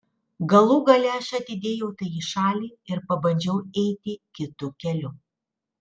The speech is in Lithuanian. galų gale aš atidėjau tai į šalį ir pabandžiau eiti kitu keliu